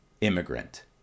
immigrant